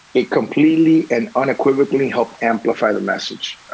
it completely and unequivocally helped amplify the message.